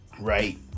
right